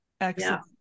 Excellent